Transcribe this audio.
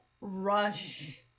rush